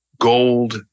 gold